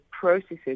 processes